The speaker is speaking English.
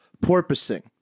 porpoising